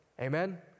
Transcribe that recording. Amen